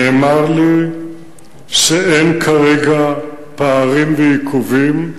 נאמר לי שאין כרגע פערים ועיכובים,